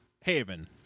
haven